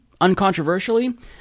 uncontroversially